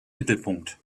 mittelpunkt